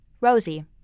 Rosie